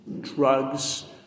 drugs